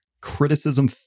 criticism-